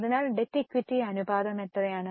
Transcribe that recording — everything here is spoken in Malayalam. അതിനാൽ ഡെറ്റ് ഇക്വിറ്റി അനുപാതം എത്രയാണ്